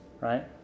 right